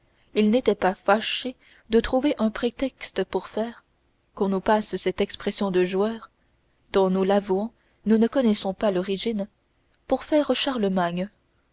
il n'était pas fâché de trouver un prétexte pour faire qu'on nous passe cette expression de joueur dont nous l'avouons nous ne connaissons pas l'origine pour faire charlemagne